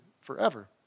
forever